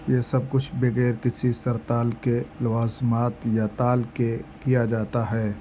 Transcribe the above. یہ سب کچھ بغیر کسی سرتال کے لوازمات یا تال کے کیا جاتا ہے